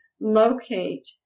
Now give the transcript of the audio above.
locate